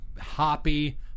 hoppy